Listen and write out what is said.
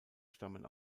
stammen